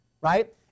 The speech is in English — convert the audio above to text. right